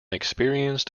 experienced